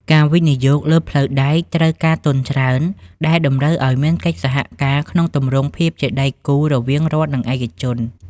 ការវិនិយោគលើផ្លូវដែកត្រូវការទុនច្រើន ដែលតម្រូវឱ្យមានកិច្ចសហការក្នុងទម្រង់ភាពជាដៃគូរវាងរដ្ឋ និងឯកជន។